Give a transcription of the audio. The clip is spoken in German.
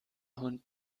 hund